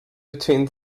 between